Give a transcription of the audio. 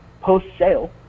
post-sale